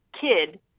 kid